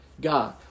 God